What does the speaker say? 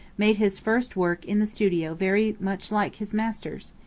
made his first work in the studio very much like his master's.